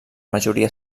majoria